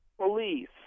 Police